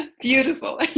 Beautiful